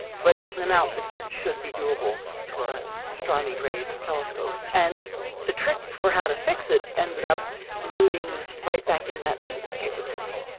but it's an amount that should be doable for an astronomy grade telescope. and the trick for how to fix it ended up rooting right back in that maintenance capability.